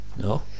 No